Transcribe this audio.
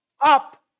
up